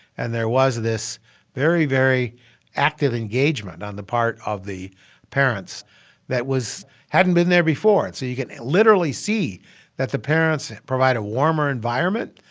and there was this very, very active engagement on the part of the parents that hadn't been there before and so you can literally see that the parents provide a warmer environment.